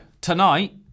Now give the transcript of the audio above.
tonight